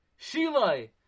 Shilai